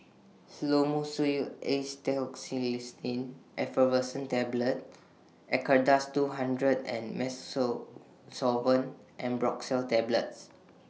Fluimucil Acetylcysteine Effervescent Tablets Acardust two hundred and Musosolvan Ambroxol Tablets